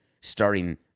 starting